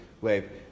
wave